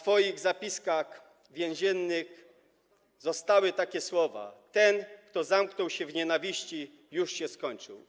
W jego zapiskach więziennych zostały takie słowa: „Ten kto zamknął się w nienawiści, już się skończył”